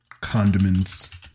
condiments